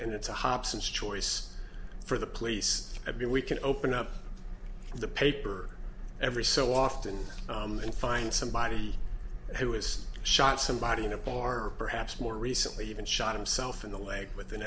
and it's a hobson's choice for the police i mean we can open up the paper every so often and find somebody who has shot somebody in a bar or perhaps more recently even shot himself in the leg with an